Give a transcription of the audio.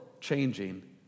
changing